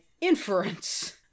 inference